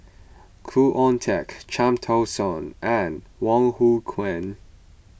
Khoo Oon Teik Cham Tao Soon and Wong Hong